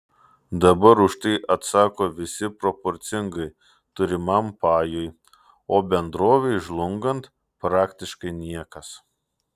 dabar už tai atsako visi proporcingai turimam pajui o bendrovei žlungant praktiškai niekas